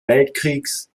weltkrieges